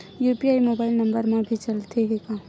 UPI mobile number मा भी चलते हे का?